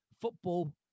football